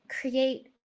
create